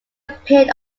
appeared